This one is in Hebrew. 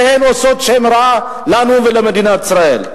שהן עושות שם רע לנו ולמדינת ישראל.